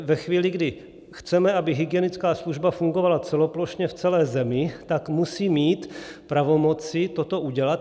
Ve chvíli, kdy chceme, aby hygienická služba fungovala celoplošně v celé zemi, tak musí mít pravomoci toto udělat.